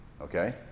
Okay